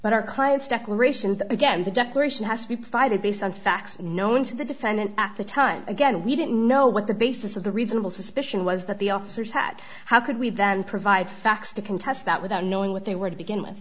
but our client's declaration that again the declaration has to be provided based on facts known to the defendant at the time again we didn't know what the basis of the reasonable suspicion was that the officers had how could we then provide facts to contest that without knowing what they were to begin with